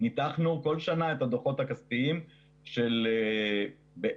ניתחנו כל שנה את הדוחות הכספיים של בערך